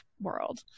world